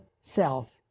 self